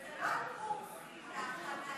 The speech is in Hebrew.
וזה לא על קורסים, כהכנה.